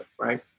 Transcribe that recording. right